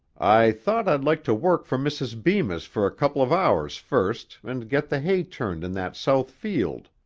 i thought i'd like to work for mrs. bemis for a couple of hours first and get the hay turned in that south field,